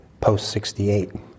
post-68